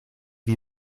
wie